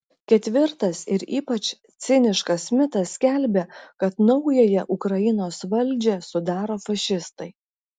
ketvirtas ir ypač ciniškas mitas skelbia kad naująją ukrainos valdžią sudaro fašistai